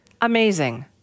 amazing